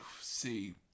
see